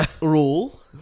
rule